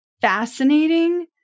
fascinating